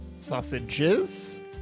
Sausages